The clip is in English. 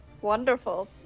Wonderful